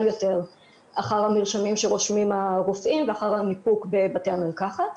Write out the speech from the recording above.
יותר אחר המרשמים שרושמים הרופאים ואחר הניפוק בבתי המרקחת,